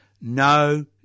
no